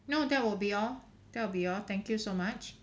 no that will be all that will be all thank you so much